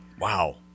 wow